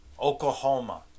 Oklahoma